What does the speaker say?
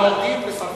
ושרפו.